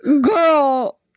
girl